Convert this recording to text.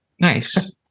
nice